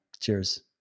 Cheers